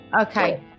Okay